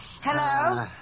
Hello